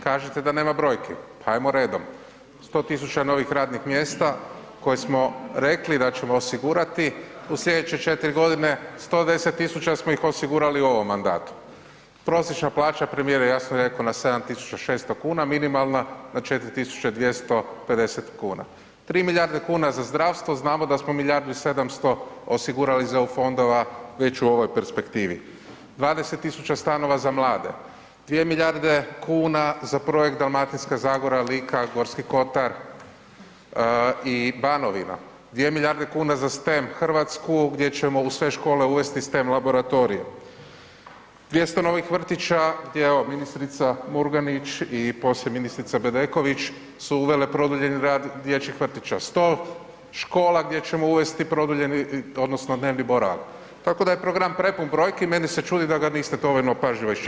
Kažete da nema brojki, pa ajmo redom, 100.000 novih radnih mjesta koje smo rekli da ćemo osigurati u sljedeće četiri godine, 110.000 smo ih osigurali u ovom mandatu, prosječna plaća premijer je jasno rekao na 7.600 kuna, minimalna na 4.250 kuna, 3 milijuna kuna za zdravstvo, znamo da smo milijardu 700 osigurali iz eu fondova već u ovoj perspektivi, 20.000 stanova za mlade, 2 milijarde kuna za projekt „Dalmatinska zagora, Lika, Gorski kotar i Banovina“, 2 milijarde kuna za steam Hrvatsku gdje ćemo u sve škole uvesti steam laboratorij, 200 novih vrtića i evo ministrica Murganić i poslije ministrica Bedeković su uvele produljeni rad dječjih vrtića, 100 škola gdje ćemo uvesti dnevni boravak tako da je program prepun brojki meni čudi da ga niste dovoljno pažljivo iščitali.